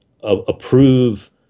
approve